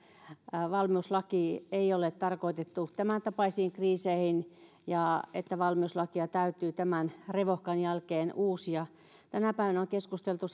valmiuslaki ei ole tarkoitettu tämäntapaisiin kriiseihin ja että valmiuslakia täytyy tämän revohkan jälkeen uusia tänä päivänä on keskusteltu